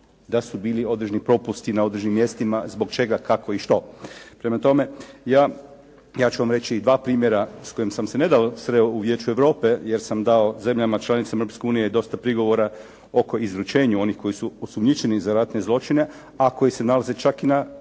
da su bili određeni propusti na određenim mjestima zbog čega, kako i što. Prema tome, ja ću vam reći i dva primjera s kojima sam se nedavno sreo u Vijeću Europe, jer sam dao zemljama članicama Europske unije i dosta prigovora oko izručenja onih koji su osumnjičeni za ratne zločine, a koji se nalaze čak i na